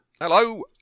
Hello